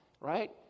right